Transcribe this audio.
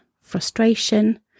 frustration